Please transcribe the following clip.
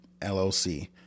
LLC